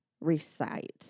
recite